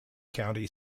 county